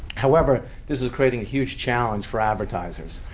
however, this is creating a huge challenge for advertisers.